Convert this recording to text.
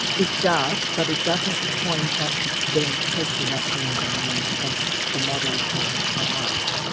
it does, but it doesn't point us to then take the natural environment as the model for our lives.